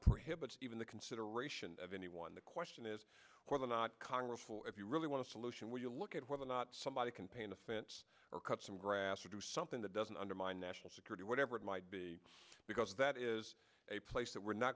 prohibits even the consideration of anyone the question is whether or not congress will if you really want to solution when you look at whether or not somebody can paint a fence or cut some grass or do something that doesn't undermine national security whatever it might be because that is a place that we're not